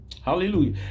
Hallelujah